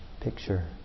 picture